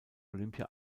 olympia